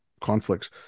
conflicts